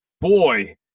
boy